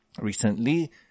Recently